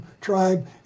tribe